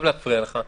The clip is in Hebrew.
מצטער להפריע לך.